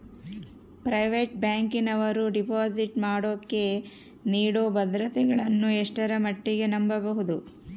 Private ಬ್ಯಾಂಕಿನವರು deposit ಮಾಡೋಕೆ ನೇಡೋ ಭದ್ರತೆಗಳನ್ನು ಎಷ್ಟರ ಮಟ್ಟಿಗೆ ನಂಬಬಹುದು?